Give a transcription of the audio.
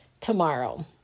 tomorrow